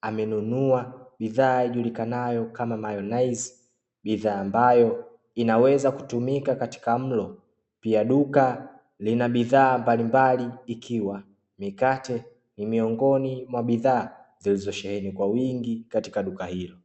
amenunua bidhaa ijulikanayo kama mayonaizi, bidhaa ambayo inaweza kutumika katika mlo. Pia duka lina bidhaa mbalimbali, ikiwa mikate ni miongoni mwa bidhaa zilizosheheni kwa wingi katika duka hilo.